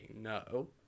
no